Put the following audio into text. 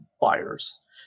buyers